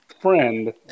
friend